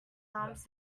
alms